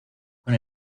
con